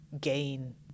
gain